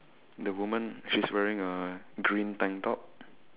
the woman she's wearing a green tank top